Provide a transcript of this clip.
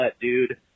dude